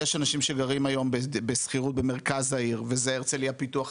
יש אנשים שגרים היום בשכירות במרכז העיר וזה הרצליה פיתוח,